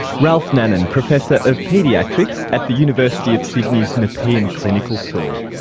ralph nanan, professor of paediatrics at the university of sydney's nepean clinical school.